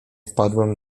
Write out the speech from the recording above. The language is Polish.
wpadłem